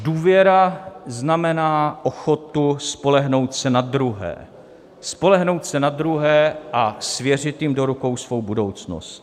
Důvěra znamená ochotu spolehnout se na druhé, spolehnout se na druhé a svěřit jim do rukou svou budoucnost.